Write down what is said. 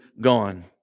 gone